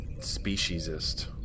speciesist